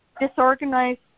Disorganized